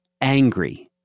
angry